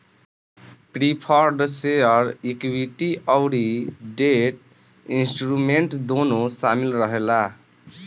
preferred share equity अउरी debt instrument दूनो शामिल रहेला